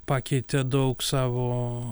pakeitė daug savo